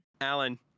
Alan